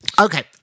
Okay